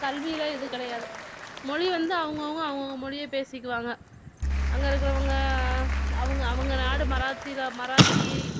கல்வியில் இது கிடையாது மொழி வந்து அவங்கவுங்க அவங்கவுங்க மொழியை பேசிக்குவாங்க அங்கே இருக்கிறவங்க அவங்க அவங்க நாடு மராத்தியில் மராத்தி